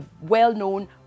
well-known